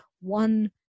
one